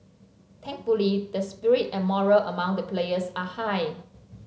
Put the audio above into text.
thankfully the spirit and morale among the players are high